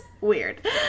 weird